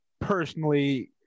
personally